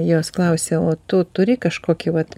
jos klausia o tu turi kažkokį vat